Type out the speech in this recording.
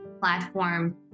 platform